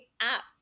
app